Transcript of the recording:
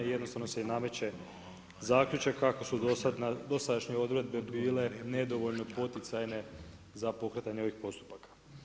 Jednostavno se i nameće zaključak kako su dosadašnje odredbe bile nedovoljno poticajne za pokretanje ovih postupaka.